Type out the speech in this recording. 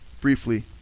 briefly